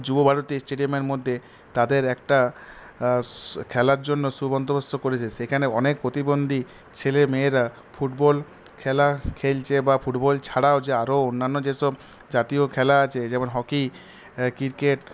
যুবভারতী স্টেডিয়ামের মধ্যে তাদের একটা খেলার জন্য সুবন্দবস্ত করেছে সেখানে অনেক প্রতিবন্ধী ছেলেমেয়েরা ফুটবল খেলা খেলছে বা ফুটবল ছাড়াও যে আরও অন্যান্য যেসব জাতীয় খেলা আছে যেমন হকি ক্রিকেট